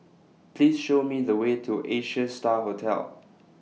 Please Show Me The Way to Asia STAR Hotel